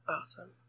Awesome